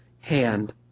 hand